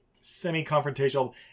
semi-confrontational